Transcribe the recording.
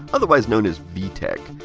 otherwise known as v-tech.